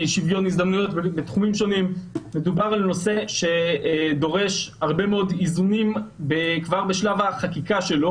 מדובר בנושא שדורש הרבה מאוד איזונים כבר בשלב החקיקה שלו.